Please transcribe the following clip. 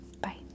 bye